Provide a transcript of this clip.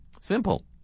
Simple